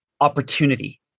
opportunity